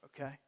okay